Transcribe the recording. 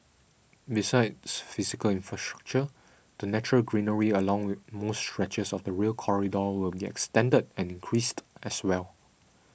besides physical infrastructure the natural greenery along most stretches of the Rail Corridor will extended and increased as well